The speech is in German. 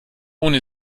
ohne